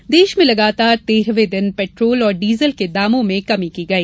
petrol कीमत देश में लगातार तैरहवें दिन पेट्रोल और डीजल के दामों में कमी की गई